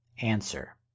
Answer